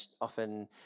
often